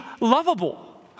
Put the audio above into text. lovable